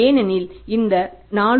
ஏனெனில் இந்த 4